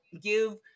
give